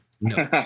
No